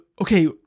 okay